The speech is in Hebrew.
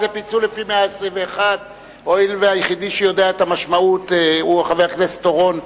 זה פיצול לפי 121. הואיל והיחיד שיודע את המשמעות הוא חבר הכנסת אורון,